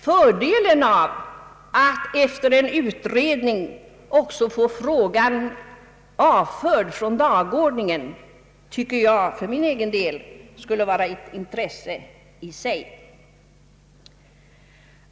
Fördelen av att efter en utredning också få frågan avförd från dagordningen anser jag för min egen del skulle vara ett intresse i sig.